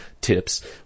tips